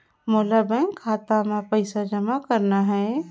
मोला बैंक खाता मां पइसा जमा करना हे?